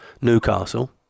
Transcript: Newcastle